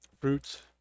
fruits